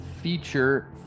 feature